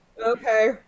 Okay